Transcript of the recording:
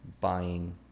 buying